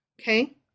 Okay